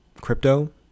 crypto